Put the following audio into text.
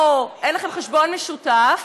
או אין לכם חשבון משותף,